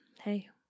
hey